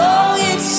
Longing